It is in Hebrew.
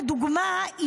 לדוגמה,